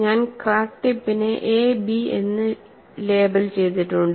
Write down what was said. ഞാൻ ക്രാക്ക് ടിപ്പിനെ A B എന്ന് ലേബൽ ചെയ്തിട്ടുണ്ട്